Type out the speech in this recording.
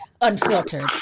unfiltered